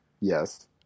Yes